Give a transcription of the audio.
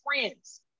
friends